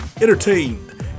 entertained